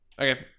Okay